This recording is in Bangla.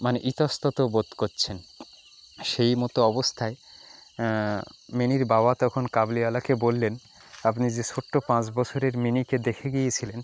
মানে ইতস্তত বোধ করছেন সেই মতো অবস্থায় মিনির বাবা তখন কাবুলিওয়ালাকে বললেন আপনি যে ছোট্ট পাঁচ বছরের মিনিকে দেখে গিয়েছিলেন